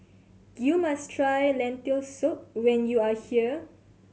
you must try Lentil Soup when you are here